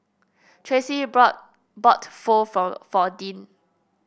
Tracy brought bought Pho for for Deann